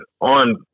on